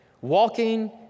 walking